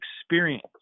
experience